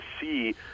see